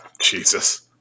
Jesus